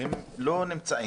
הם לא נמצאים,